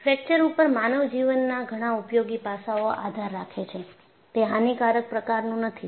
fracture ઉપર માનવ જીવનના ઘણા ઉપયોગી પાસાઓ આધાર રાખે છે તે હાનિકારક પ્રકારનું નથી